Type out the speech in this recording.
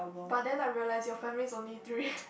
but then I realised your family is only three